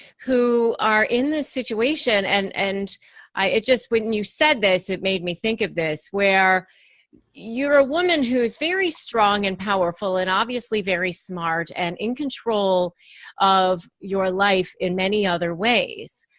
who are in this situation and, and i, it just when you said this, it made me think of this, where you're a woman who is very strong and powerful and obviously very smart and in control of your life in many other ways,